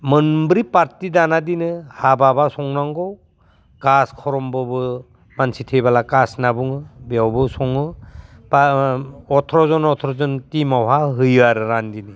मोनब्रै पार्टि दानादिनो हाबाब्ला संनांगौ खास कर्मब्लाबो मानसि थैबोला कास होनना बुङो बेवबो सङो बा अथ्र'जन अथ्र'जन टिमावहा होयो आरो रान्दिनि